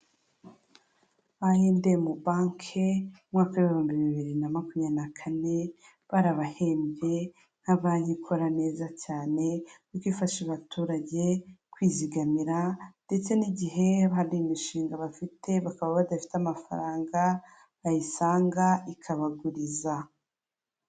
Ayi endi emu banke umwaka w'ibihumbi bibiri na makumyabiri na kane barabahembye nka banki ikora neza cyane kuko ifasha abaturage kwizigamira ndetse n'igihe hari imishinga bafite bakaba badafite amafaranga bayisanga ikabaguriza.